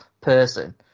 person